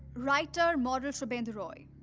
writer model shubendhu roy.